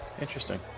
Interesting